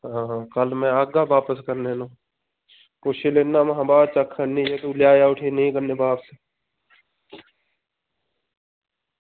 आं कल्ल में आह्गा बापस करने गी ते में हा बाद च आक्खन निं कि तूं लेई आया बापस कराने गी